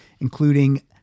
including